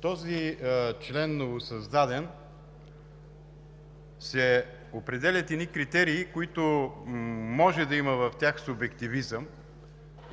този новосъздаден член се определят критерии, в които може да има субективизъм.